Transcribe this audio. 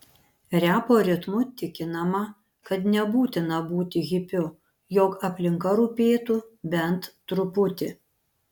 repo ritmu tikinama kad nebūtina būti hipiu jog aplinka rūpėtų bent truputį